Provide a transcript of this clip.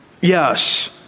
Yes